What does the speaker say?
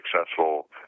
successful –